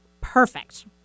perfect